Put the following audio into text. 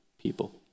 people